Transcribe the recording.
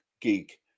geek